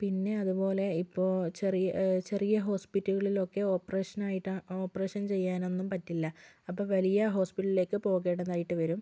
പിന്നെ അതുപോലെ ഇപ്പോൾ ചെറിയ ചെറിയ ഹോസ്പിറ്റലുകളിലൊക്കെ ഓപ്പറേഷൻ ആയിട്ട് ഓപ്പറേഷൻ ചെയ്യാൻ ഒന്നും പറ്റില്ല അപ്പം വലിയ ഹോസ്പിറ്റലിൽ പോകേണ്ടതായിട്ട് വരും